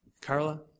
Carla